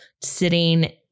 sitting